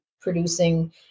producing